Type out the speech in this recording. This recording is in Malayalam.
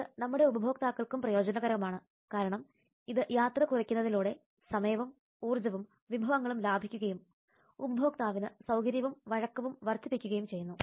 ഇത് നമ്മുടെ ഉപഭോക്താക്കൾക്കും പ്രയോജനകരമാണ് കാരണം ഇത് യാത്ര കുറയ്ക്കുന്നതിലൂടെ സമയവും ഊർജ്ജവും വിഭവങ്ങളും ലാഭിക്കുകയും ഉപഭോക്താവിന് സൌകര്യവും വഴക്കവും വർദ്ധിപ്പിക്കുകയും ചെയ്യുന്നു